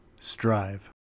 strive